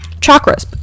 chakras